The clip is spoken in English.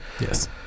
yes